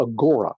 Agora